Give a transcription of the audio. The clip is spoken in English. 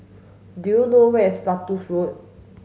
do you know where is Ratus Road